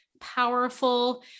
powerful